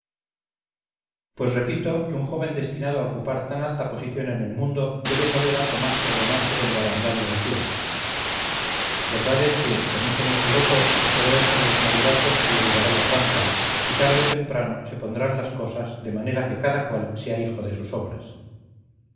pues repito que un joven destinado a ocupar tan alta posición en el mundo debe saber algo más que el romance del barandal del cielo verdad es que o mucho me equivoco o todo eso de los mayorazgos se lo llevará la trampa y tarde o temprano se pondrán las cosas de manera que cada cual sea hijo de sus obras